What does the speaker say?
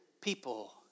people